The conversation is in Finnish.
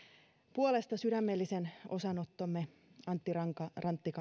puolesta sydämellisen osanottomme